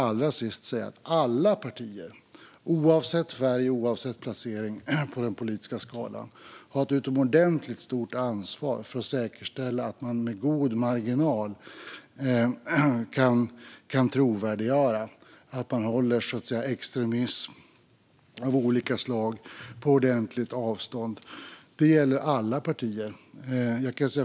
Allra sist: Alla partier, oavsett färg och oavsett placering på den politiska skalan, har ett utomordentligt stort ansvar för att säkerställa att man med god marginal kan trovärdiggöra att man håller extremism av olika slag på ordentligt avstånd. Det gäller alla partier.